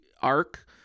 arc